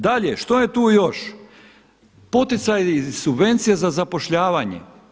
Dalje, što je tu još, poticaji i subvenciji za zapošljavanje.